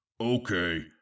Okay